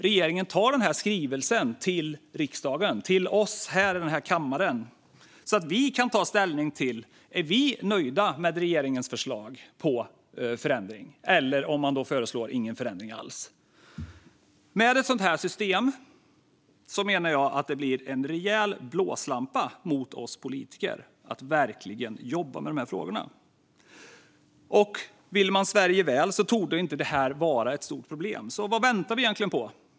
Regeringen tar denna skrivelse till oss här i riksdagens kammare, så att vi kan ta ställning till om vi är nöjda med regeringens förslag på förändring eller avsaknad av sådana. Ett sådant system menar jag blir en rejäl blåslampa mot oss politiker att verkligen jobba med de här frågorna. Vill man Sverige väl torde inte detta vara något stort problem. Vad väntar vi egentligen på?